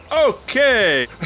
Okay